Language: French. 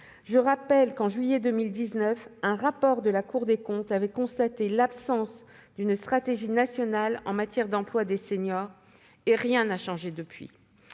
Je rappelle qu'en juillet 2019, dans un rapport, la Cour des comptes avait constaté l'absence de stratégie nationale en matière d'emploi des seniors. Or rien n'a changé depuis.